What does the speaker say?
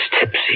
tipsy